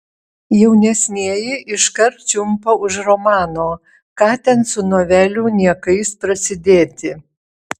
jaunesnieji iškart čiumpa už romano ką ten su novelių niekais prasidėti